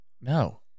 No